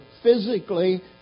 physically